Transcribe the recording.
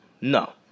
No